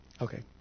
okay